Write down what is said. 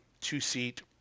two-seat